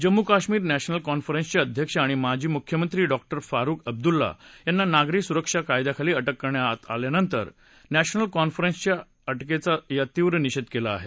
Jammu Kashmir national कॉन्फरन्सचे अध्यक्ष आणि माजी मुख्यमंत्री डॉक्टर फारूक अब्दुल्ला यांना नागरी सुरक्षा कायद्याखाली अटक करण्यात आल्यानंतर नॅशनल कॉन्फरन्सने या अटकेचा तीव्र विरोध केला आहे